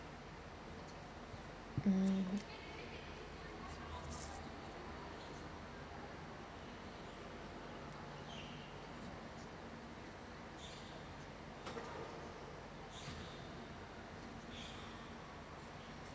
mm